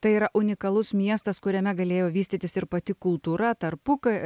tai yra unikalus miestas kuriame galėjo vystytis ir pati kultūra tarpuka